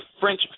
French